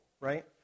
right